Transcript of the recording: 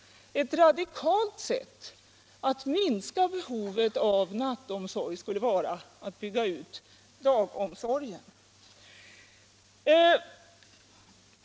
Ett radikalt sätt att minska behovet av nattomsorg skulle vara att bygga ut dagomsorgen.